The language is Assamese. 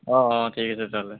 অঁ অঁ ঠিক আছে তেনেহ'লে